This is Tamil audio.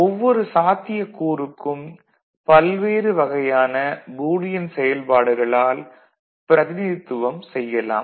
ஒவ்வொரு சாத்தியக்கூறுக்கும் பல்வேறு வகையான பூலியன் செயல்பாடுகளால் பிரதிநிதித்துவம் செய்யலாம்